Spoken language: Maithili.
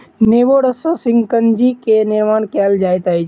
नेबो रस सॅ शिकंजी के निर्माण कयल जाइत अछि